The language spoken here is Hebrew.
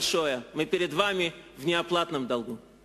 (אומר דברים בשפה הרוסית, להלן תרגומם לעברית: